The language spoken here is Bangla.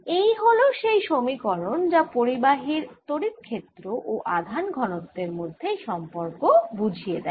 এই হল সেই সমীকরণ যা পরিবাহীর তড়িৎ ক্ষেত্র ও আধান ঘনত্বের সম্পর্ক বুঝিয়ে দেয়